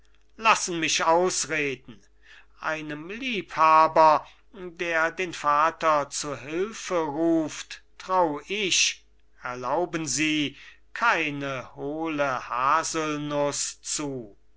lassen mich ausreden einem liebhaber der den vater zu hilfe ruft trau ich erlauben sie keine hohle haselnuß zu